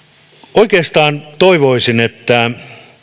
oikeastaan toivoisin että